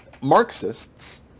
Marxists